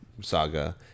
saga